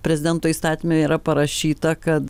prezidento įstatyme yra parašyta kad